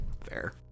Fair